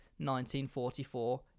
1944